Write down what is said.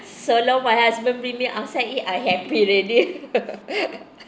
so long my husband bring me outside eat I happy already